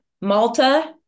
malta